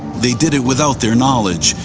they did it without their knowledge.